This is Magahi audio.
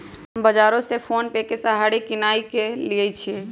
हम बजारो से फोनेपे के सहारे किनाई क लेईछियइ